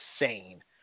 insane